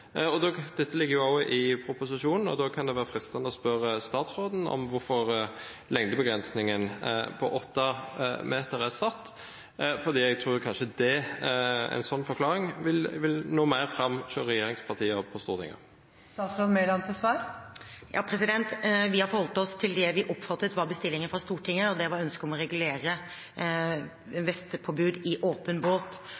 proposisjonen. Da kan det være fristende å spørre statsråden om hvorfor lengdebegrensningen på åtte meter er satt, for en sånn forklaring tror jeg kanskje vil nå mer fram selv hos regjeringspartiene på Stortinget. Vi har forholdt oss til det vi oppfattet var bestillingen fra Stortinget, og det var ønsket om å regulere vestpåbud i åpen båt.